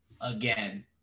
again